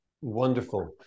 Wonderful